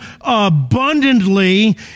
abundantly